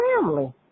family